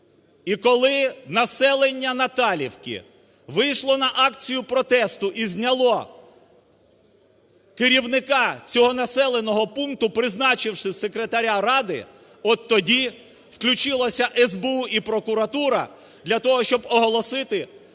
і коли населення Наталівки вийшло на акцію протесту і зняло керівника цього населеного пункту, призначивши секретаря ради, от тоді включилися СБУ і прокуратура для того, щоб оголосити